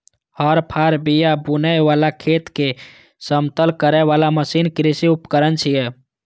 हर, फाड़, बिया बुनै बला, खेत कें समतल करै बला मशीन कृषि उपकरण छियै